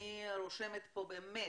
אני רושמת פה באמת